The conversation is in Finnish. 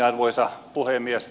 arvoisa puhemies